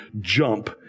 jump